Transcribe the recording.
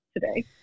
today